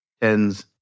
tens